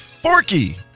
Forky